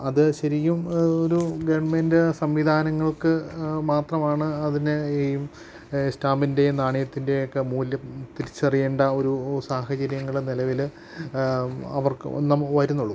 അതു ശരിക്കും അതൊരു ഗവൺമെൻ്റ് സംവിധാനങ്ങൾക്ക് മാത്രമാണ് അതിനെ ഈ സ്റ്റാമ്പിൻ്റെയും നാണയത്തിൻ്റയൊക്ക മൂല്യം തിരിച്ചറിയേണ്ട ഒരു സാഹചര്യങ്ങള് നിലവില് നമുക്കു വരുന്നുള്ളൂ